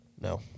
No